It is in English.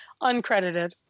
uncredited